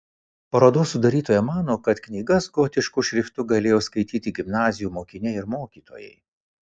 parodos sudarytoja mano kad knygas gotišku šriftu galėjo skaityti gimnazijų mokiniai ir mokytojai